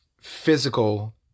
physical